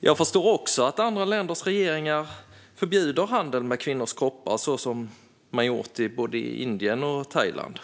Jag förstår också att andra länders regeringar förbjuder handel med kvinnors kroppar så som man har gjort i både Indien och Thailand.